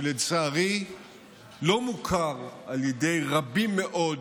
שלצערי לא מוכר על ידי רבים מאוד